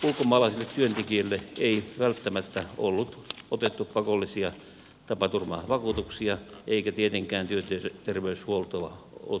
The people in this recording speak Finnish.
ulkomaalaisille työntekijöille ei välttämättä ollut otettu pakollisia tapaturmavakuutuksia eikä tietenkään työterveyshuoltoa ollut järjestetty